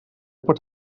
pot